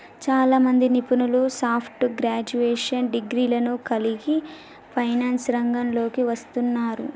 చాలామంది నిపుణులు soft graduation డిగ్రీలను కలిగి ఫైనాన్స్ రంగంలోకి వస్తున్నారు